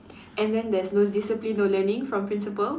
and then there's no discipline no learning from principal